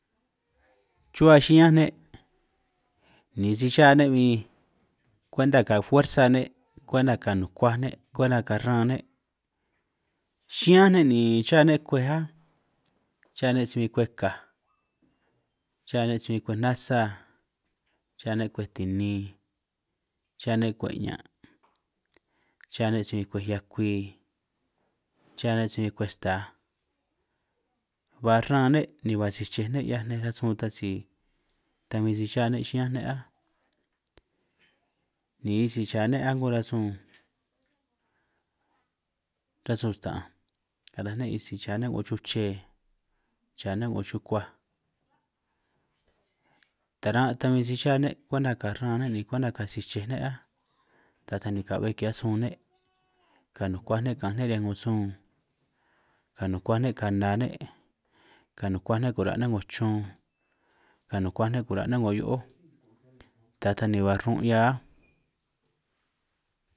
Chuhua chiñán ne' ni si cha ne' bin kuenta ka fuersa ne', kwenta ka nukuaj kwenta ka ran ne' chiñán ne' ni cha ne kwuej áj, cha ne' si bin kuej kaj cha ne' si bin kuej nasa cha ne' kwej tinin, cha ne' kwej 'ñan' cha ne' si bin kwej hiaj kwi cha ne' si bin kwej staj, ban ran ne' ni ba sichej ne' 'hiaj nej rasun tan, si tan bin si cha ne' chiñán ne' áj, ni sisi cha ne' a'ngo rasun rasun sta'anj kataj ne' sisi cha ne' 'ngo chuche cha ne' 'ngo chukuaj, taran tan bin si cha ne' kwenta ka ran ne' kwenta ka sichej ne' áj, ta taj ni ka'be ki'hiaj sun ne' ka nukuaj ne' ka'anj riñan 'ngo sun ka nukuaj ne' kana ne' ka nukuaj ne' kura' ne' 'ngo chun, ka nukuaj ne' kura' ne' 'ngo hio'ój ta taj ni ba run' 'hia áj.